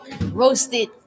roasted